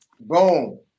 Boom